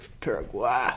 Paraguay